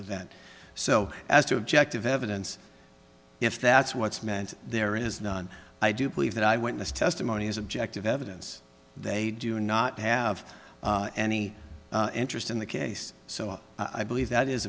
event so as to objective evidence if that's what's meant there is none i do believe that eye witness testimony is objective evidence they do not have any interest in the case so i believe that is